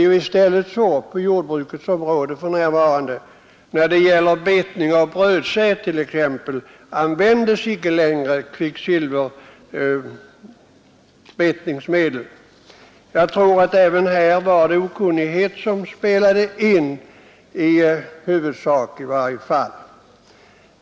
I stället är det så på jordbrukets område att för betning av brödsäd används inte längre kvicksilverpreparat. Jag tror att det även här var okunnigheten som spelade in, i huvudsak i varje fall.